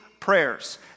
Prayers